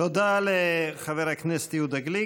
תודה לחבר הכנסת יהודה גליק.